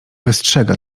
wystrzega